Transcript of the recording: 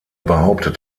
behauptet